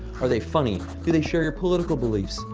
are they funny? do they share your political beliefs?